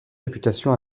réputation